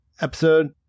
episode